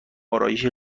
ارایشی